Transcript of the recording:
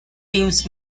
teams